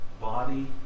Body